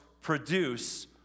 produce